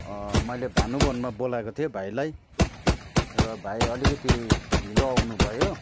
मैले भानु भवनमा बोलाएको थिएँ भाइलाई र भाइ अलिकति ढिलो आउनु भयो